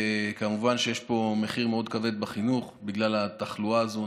כמובן שיש פה מחיר מאוד כבד בחינוך בגלל התחלואה הזאת.